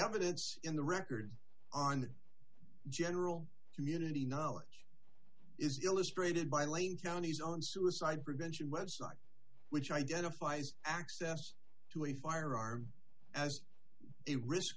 evidence in the record on the general community knowledge is illustrated by wayne county's own suicide prevention website which identifies access to a firearm as a risk